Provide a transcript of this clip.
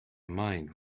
mind